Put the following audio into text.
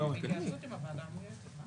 בהתייעצות עם הוועדה המייעצת.